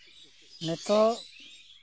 ᱱᱤᱛᱳᱜ